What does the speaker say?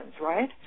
right